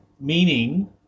meaning